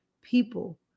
people